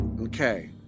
okay